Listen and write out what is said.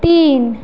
তিন